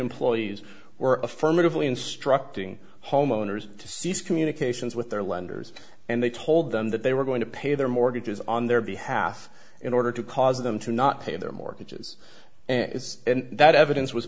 employees were affirmatively instructing homeowners to cease communications with their lenders and they told them that they were going to pay their mortgages on their behalf in order to cause them to not pay their mortgages and that evidence was